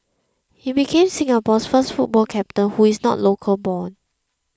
he became Singapore's first football captain who is not local born